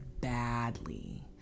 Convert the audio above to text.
badly